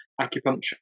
acupuncture